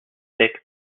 thick